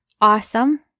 Awesome